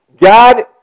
God